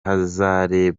abantu